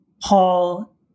Paul